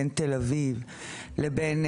בין תל אביב לבין,